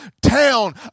town